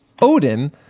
Odin